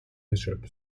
bishop